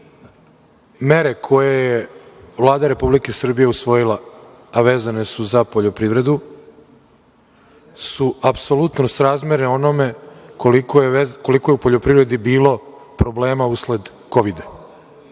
mere koje je Vlada Republike Srbije usvojila a vezane su za poljoprivredu su apsolutno srazmerne onome koliko je u poljoprivredi bilo problem usled Kovida.